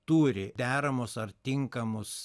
turi deramus ar tinkamus